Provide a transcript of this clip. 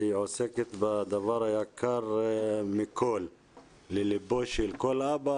היא עוסקת בדבר היקר מכל לליבו של כל אבא,